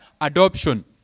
adoption